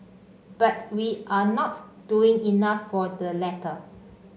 but we are not doing enough for the latter